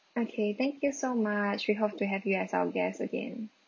okay thank you so much we hope to have you as our guest again